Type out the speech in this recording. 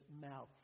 mouth